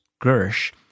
Gersh